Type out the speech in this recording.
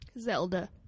Zelda